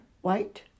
white